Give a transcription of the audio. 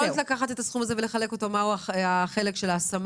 יכולת לקחת את הסכום הזה ולחלק אותו החלק של ההשמה